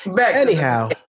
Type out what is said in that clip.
Anyhow